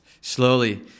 slowly